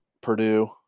Purdue